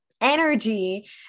energy